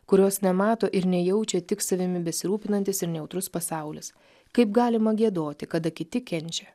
kurios nemato ir nejaučia tik savimi besirūpinantis ir nejautrus pasaulis kaip galima giedoti kada kiti kenčia